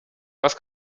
was